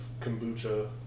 kombucha